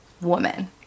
woman